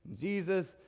Jesus